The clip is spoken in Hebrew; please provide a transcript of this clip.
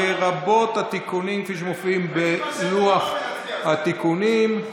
לרבות התיקונים כפי שמופיעים בלוח התיקונים.